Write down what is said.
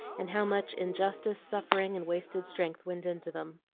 and how much injustice, suffering, and wasted strength went into them.